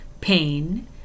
pain